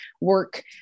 work